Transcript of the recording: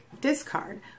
discard